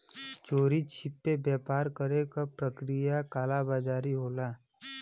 चोरी छिपे व्यापार करे क प्रक्रिया कालाबाज़ारी होला